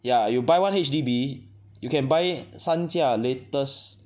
ya you buy one H_D_B you can buy 三驾 latest